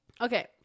Okay